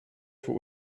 für